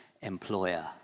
employer